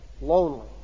lonely